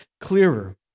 clearer